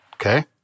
okay